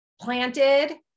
planted